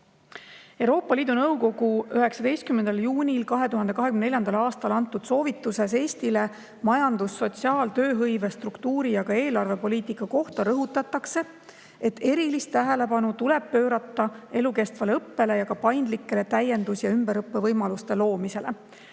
Euroopa Liidu Nõukogu 19. juunil 2024. aastal Eestile antud soovitustes majandus-, sotsiaal-, tööhõive-, struktuuri- ja ka eelarvepoliitika kohta rõhutatakse, et erilist tähelepanu tuleb pöörata elukestvale õppele ja paindlike täiendus‑ ja ümberõppe võimaluste loomisele.